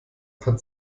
hat